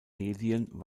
medien